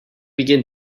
begin